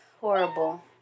horrible